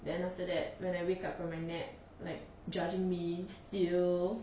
then after that when I wake up from my nap like judging me still